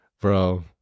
bro